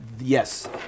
Yes